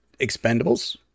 expendables